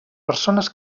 persones